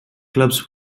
clubs